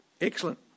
excellent